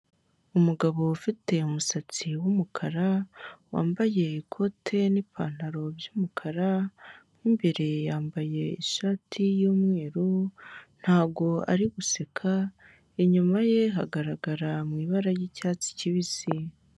Umugabo ufite umusatsi w'umukara wambaye ikote n'ipantaro by'umukara mo imbere yambaye ishati y'umweru ntago ari guseka, inyuma ye hagaragara mu ibara ry'icyatsi cyibisi.